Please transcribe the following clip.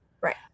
right